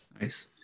Nice